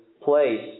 place